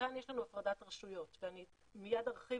וכאן יש לנו הפרדת רשויות ואני מיד ארחיב